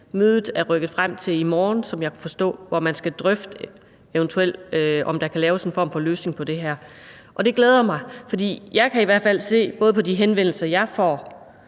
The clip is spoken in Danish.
mødet er rykket frem til i morgen, hvor man skal drøfte, om der eventuelt kan laves en form for løsning på det her. Og det glæder mig, for jeg kan i hvert fald se på de henvendelser, jeg får